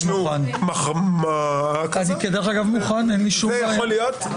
אני מוכן, אין לי שום בעיה.